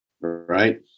right